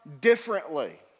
differently